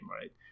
right